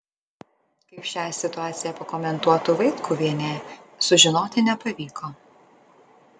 kaip šią situaciją pakomentuotų vaitkuvienė sužinoti nepavyko